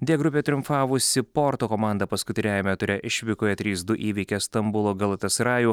dė grupė triumfavusi porto komanda paskutiniajame ture išvykoje trys du įveikė stambulo galatasrajų